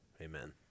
Amen